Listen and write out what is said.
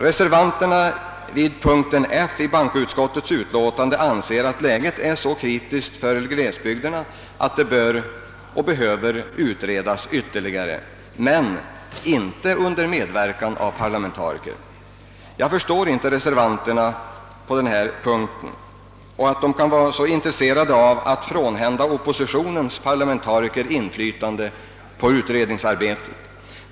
Reservanterna vid punkten F i bankoutskottets wutlåtanide anser att läget för glesbygderna är så kritiskt, att det behöver utredas ytterligare, men att det inte bör ske under medverkan av parlamentariker. Jag förstår inte att reservanterna är så intresserade av att frånhända oppositionens parlamentariker inflytande på utredningsarbetet.